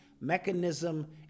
mechanism